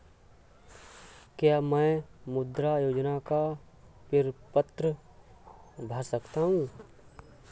क्या मैं मुद्रा योजना का प्रपत्र भर सकता हूँ?